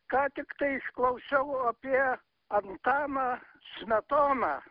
ką tiktai išklausiau apie antaną smetoną